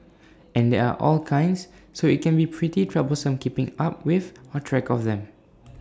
and there are all kinds so IT can be pretty troublesome keeping up with or track of them